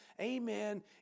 amen